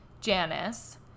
Janice